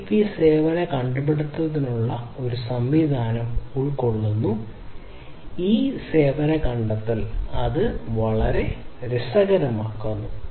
CoAP സേവന കണ്ടുപിടിത്തത്തിനുള്ള ഒരു സംവിധാനം ഉൾക്കൊള്ളുന്നു ഈ സേവന കണ്ടെത്തൽ അത് വളരെ രസകരമാക്കുന്നു